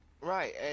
Right